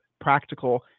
practical